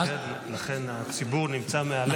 לכן הציבור נמצא מעלינו.